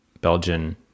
Belgian